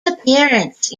appearance